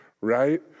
right